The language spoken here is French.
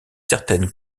certaines